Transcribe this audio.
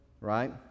right